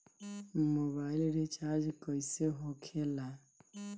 Mobile recharge कैसे होखे ला?